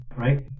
right